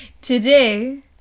Today